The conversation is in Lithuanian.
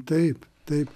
taip taip